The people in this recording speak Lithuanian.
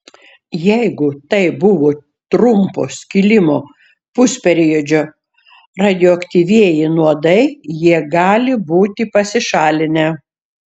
jeigu tai buvo trumpo skilimo pusperiodžio radioaktyvieji nuodai jie gali būti pasišalinę